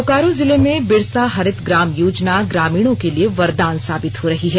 बोकारो जिले में बिरसा हरित ग्राम योजना ग्रामीणों के लिए वरदान साबित हो रही है